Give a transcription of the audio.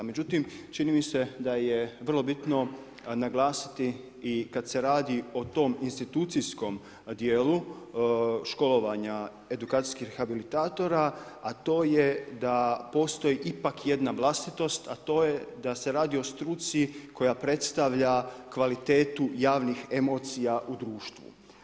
Međutim, čini mi se da je vrlo bitno naglasiti i kad se radi o tom institucijskom dijelu školovanja edukacijskih rehabilitatora, a to je da postoji ipak jedna vlastitost, a to je da se radi o struci koja predstavlja kvalitetu javnih emocija u društvu.